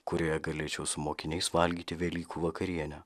kurioje galėčiau su mokiniais valgyti velykų vakarienę